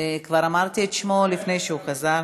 עיסאווי חזר,